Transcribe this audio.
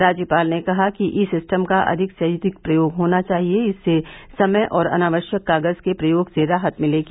राज्यपाल ने कहा कि ई सिस्टम का अधिक से अधिक प्रयोग होना चाहिए इससे समय और अनावश्यक कागज के प्रयोग से राहत मिलेगी